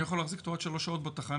אני יכול להחזיק אותו עד שלוש שעות בתחנה.